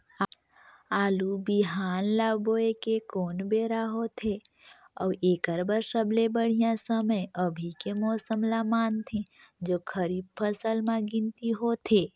आलू बिहान ल बोये के कोन बेरा होथे अउ एकर बर सबले बढ़िया समय अभी के मौसम ल मानथें जो खरीफ फसल म गिनती होथै?